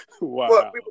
Wow